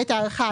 בית הארחה,